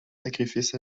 sacrifices